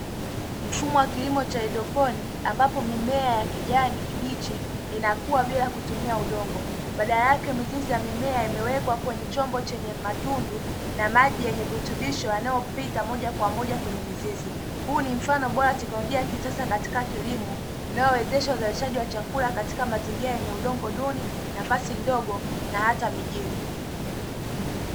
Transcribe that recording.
Mfumo wa kilimo cha haidroponi ambapo mimea ya kijani kibichi inakua bila kutumia udongo badala yake mizizi ya mimea imewekwa kwenye chombo chenye matundu na maji yenye virutubisho yanayopita moja kwa moja kwenye mizizi. Huu ni mfano bora wa teknolojia ya kisasa katika kilimo inayowezesha uzalishaji wa chakula katika mazingira yenye udongo duni, nafasi ndogo na hata mijini.